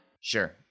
Sure